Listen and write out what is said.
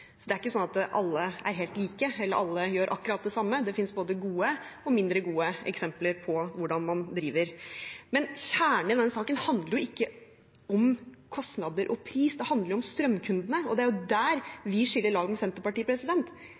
Det er ikke slik at alle er helt like, eller at alle gjør akkurat det samme. Det finnes både gode og mindre gode eksempler på hvordan man driver. Men kjernen i denne saken handler jo ikke om kostnader og pris, det handler om strømkundene, og det er der vi skiller lag med Senterpartiet.